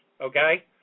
Okay